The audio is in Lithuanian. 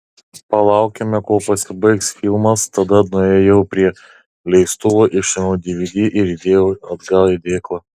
palaukėme kol pasibaigs filmas tada nuėjau prie leistuvo išėmiau dvd ir įdėjau atgal į dėklą